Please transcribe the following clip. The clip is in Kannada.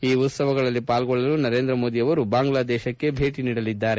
ಈ ಉತ್ಸವಗಳಲ್ಲಿ ಪಾಲ್ಗೊಳ್ಳಲು ನರೇಂದ್ರ ಮೋದಿ ಅವರು ಬಾಂಗ್ಲಾದೇಶಕ್ಕೆ ಭೇಟಿ ನೀಡಲಿದ್ದಾರೆ